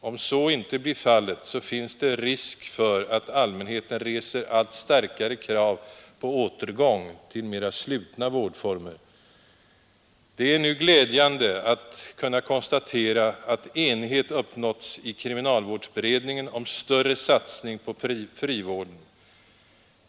Om så inte blir fallet, finns risker för att allmänheten reser allt starkare krav på en återgång till mer slutna vårdformer. Det är nu glädjande att kunna konstatera att enighet uppnåtts i kriminalvårdsberedningen om större satsning på frivården.